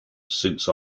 since